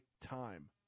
time